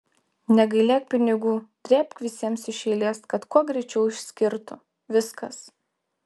negailėk pinigų drėbk visiems iš eilės kad kuo greičiau išskirtų viskas